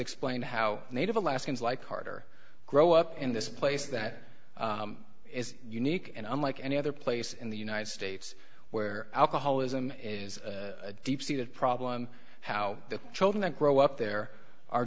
explain how native alaskans like carter grow up in this place that is unique and unlike any other place in the united states where alcoholism is a deep seated problem how the children that grow up there are